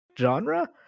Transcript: genre